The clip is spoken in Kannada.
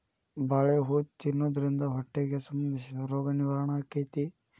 ಬಾಳೆ ಹೂ ತಿನ್ನುದ್ರಿಂದ ಹೊಟ್ಟಿಗೆ ಸಂಬಂಧಿಸಿದ ರೋಗ ನಿವಾರಣೆ ಅಕೈತಿ